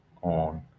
on